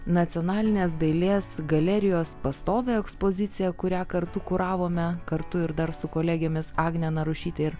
nacionalinės dailės galerijos pastovią ekspoziciją kurią kartu kuravome kartu ir dar su kolegėmis agne narušyte ir